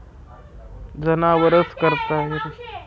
जनावरस करता हिरवय ना पिके लेतस तेसना गहिरा परकार शेतस